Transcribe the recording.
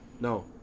No